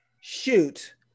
shoot